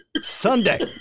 Sunday